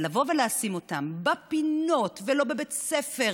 אבל לבוא ולשים אותם בפינות ולא בבית ספר